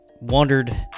wondered